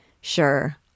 Sure